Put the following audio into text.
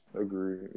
agree